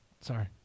Sorry